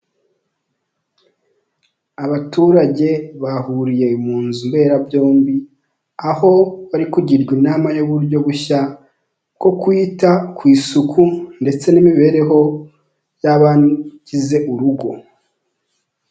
Abaturage bahuriye mu nzu mbera byombi aho bari kugirwa inama y'uburyo bushya bwo kwita ku isuku ndetse n'imibereho y'abagize urugo.